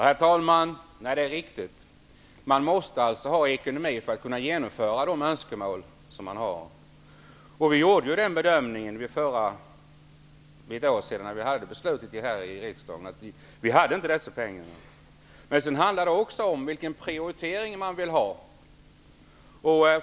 Herr talman! Det är riktigt. Man måste ha ekonomi för att kunna genomföra de önskemål som man har. När riksdagen för ett år sedan fattade beslut gjorde vi den bedömningen att dessa pengar inte fanns. Det handlar också om vilken prioritering man vill ha.